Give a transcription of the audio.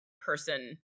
person